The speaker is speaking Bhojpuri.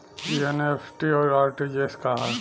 ई एन.ई.एफ.टी और आर.टी.जी.एस का ह?